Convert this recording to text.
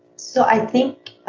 so, i think